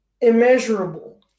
immeasurable